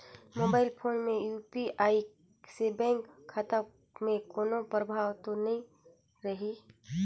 Mobile phone मे UPI से bank खाता मे कोनो प्रभाव तो नइ रही?